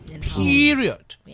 Period